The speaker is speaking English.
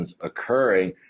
occurring